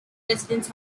residence